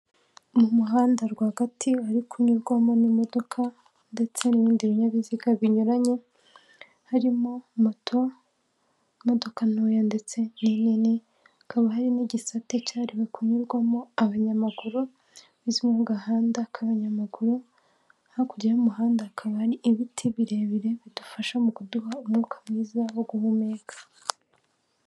Mu muhanda rwagati hari kunyurwamo n'imodoka ndetse n'ibindi binyabiziga binyuranye, harimo moto, imodoka ntoya ndetse n'inini, hakaba hari n'igisate cyahariwe kunyurwamo abanyamaguru, bizwi nk'agahanda k'abanyamaguru, hakurya y'umuhanda hakaba hari ibiti birebire, bidufasha mu kuduha umwuka mwiza wo guhumeka.